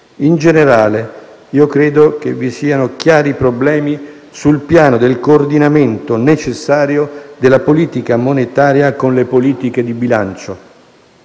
In generale, credo vi siano chiari problemi sul piano del coordinamento necessario della politica monetaria con le politiche di bilancio.